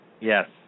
Yes